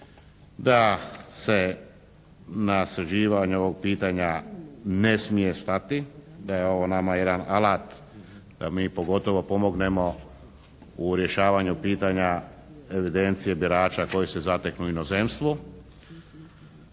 se ne razumije./… ovog pitanja ne smije stati, da je ovo nama jedan alat da mi pogotovo pomognemo u rješavanju pitanja evidencije birača koji se zateknu u inozemstvu.